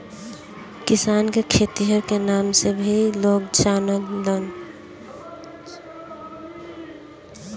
किसान के खेतिहर के नाम से भी लोग जानलन